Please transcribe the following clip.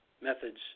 methods